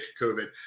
COVID